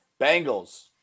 Bengals